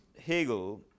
Hegel